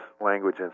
Language